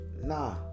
nah